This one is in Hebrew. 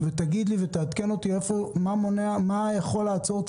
תגיד לי ותעדכן אותי מה יכול לעצור את